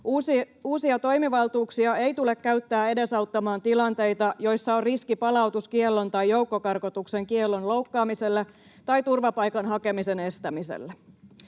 Uusia toimivaltuuksia ei tule käyttää edesauttamaan tilanteita, joissa on riski palautuskiellon tai joukkokarkotuksen kiellon loukkaamiselle tai turvapaikan hakemisen estämiselle.